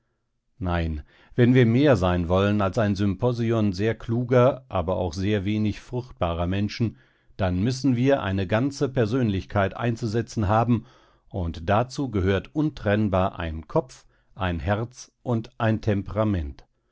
nein wenn wir mehr sein wollen als ein symposion sehr kluger aber auch sehr wenig fruchtbarer menschen dann müssen wir eine ganze persönlichkeit einzusetzen haben und dazu gehört untrennbar ein kopf ein herz und ein temperament